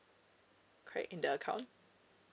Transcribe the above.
create in the account